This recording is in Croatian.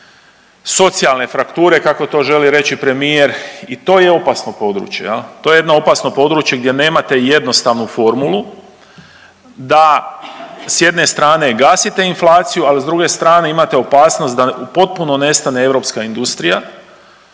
socijalne frakture kako to želi reći premijer i to je opasno područje jel. To je jedno opasno područje gdje nemate jednostavnu formulu da s jedne strane gasite inflaciju, al s druge strane imame opasnost da potpuno nestane europska industrija